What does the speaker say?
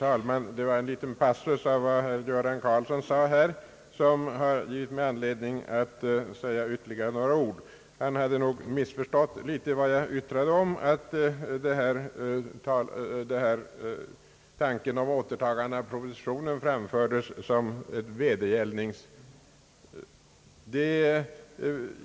Herr talman! En liten passus i herr Göran Karlssons anförande gav mig anledning att säga ytterligare några ord. Herr Karlsson har nog missförstått vad jag yttrade om att tanken på återtagande av propositionen framfördes som en vedergällning.